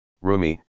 Rumi